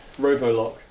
Robolock